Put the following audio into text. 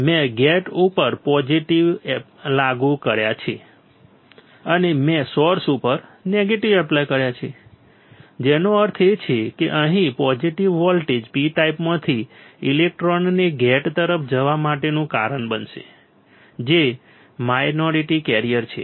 મેં ગેટ ઉપર પોઝિટિવ લાગુ કર્યા છે અને મેં સોર્સ ઉપર નેગેટીવ એપ્લાય કર્યા છે જેનો અર્થ છે કે અહીં પોઝિટિવ વોલ્ટેજ P ટાઇપમાંથી ઇલેક્ટ્રોનને ગેટ તરફ જવા માટેનું કારણ બનશે જે માઇનોરિટી કેરિયર છે